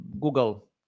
Google